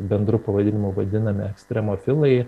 bendru pavadinimu vadinami ekstremofilai